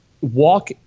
Walk